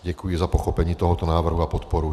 Děkuji za pochopení tohoto návrhu a podporu.